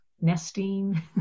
nesting